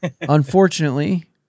Unfortunately